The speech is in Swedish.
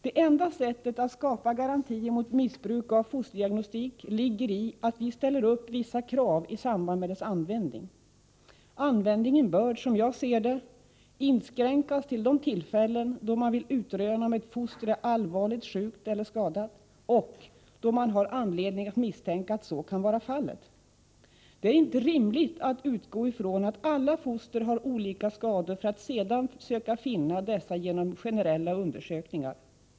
Det enda sättet att skapa garantier mot missbruk av fosterdiagnostik ligger i att vi ställer upp vissa krav i samband med dess användning. Användningen bör, som jag ser det, inskränkas till de tillfällen då man vill utröna om ett foster är allvarligt skadat eller sjukt och då man har anledning misstänka att så kan vara fallet. Det är inte rimligt att utgå från att alla foster har olika skador för att sedan söka finna dessa genom generella undersökningar.